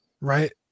Right